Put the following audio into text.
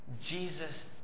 Jesus